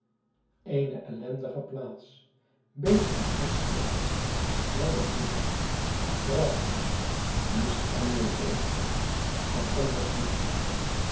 eene ellendige plaats beestachtig slecht modderpoeleh drasland mist en nevel en ande'rs met